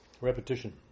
Repetition